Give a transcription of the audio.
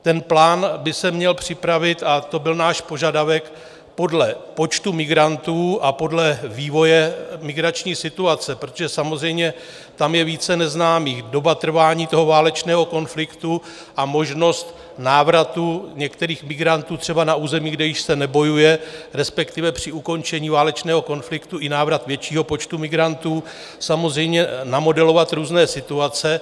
Ten plán by se měl připravit a to byl náš požadavek podle počtu migrantů a podle vývoje migrační situace, protože samozřejmě tam je více neznámých doba trvání válečného konfliktu a možnost návratu některých migrantů třeba na území, kde již se nebojuje, respektive při ukončení válečného konfliktu i návrat většího počtu migrantů, samozřejmě namodelovat různé situace.